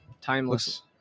timeless